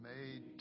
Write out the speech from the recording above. made